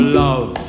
love